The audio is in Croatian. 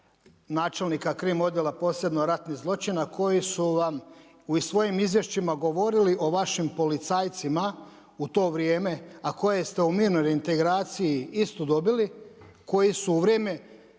načelnika Krim odjela posebno ratnih zločina, koji su vam u svojim izvješćima govorili o vašim policajcima u to vrijeme, a koje ste u mirnoj reintegraciji isto dobili, koji su u vrijeme